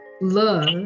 love